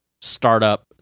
startup